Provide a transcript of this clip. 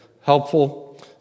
helpful